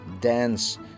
dance